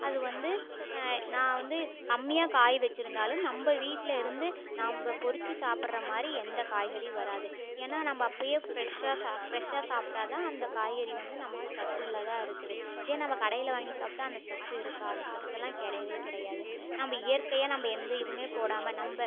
அது வந்து நான் வந்து கம்மியாக காய் வச்சிருந்தாலும் நம்ம வீட்டில்இருந்து நம்ம பறிச்சி சாப்பிட்ற மாதிரி எந்த காய்கறியும் வராது ஏன்னால் நம்ம அப்போயே ஃப்ரெஷ்ஷாக சாப் ஃப்ரெஷ்ஷாக சாப்பிட்டா தான் அந்த காய்கறி வந்து நமக்கு சத்துள்ளதாக இருக்குது இதே நம்ம கடையில் வாங்கி சாப்பிட்டா அந்த சத்து இருக்காது அந்த சத்தெல்லாம் கிடையாவே கிடையாது நம்ம இயற்கையாக நம்ம எந்த இதுவுமே போடாமல் நம்ம